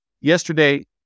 yesterday